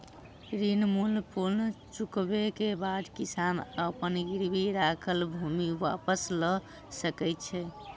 ऋण मूल्य पूर्ण चुकबै के बाद किसान अपन गिरवी राखल भूमि वापस लअ सकै छै